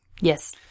Yes